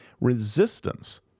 Resistance